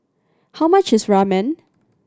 how much is Ramen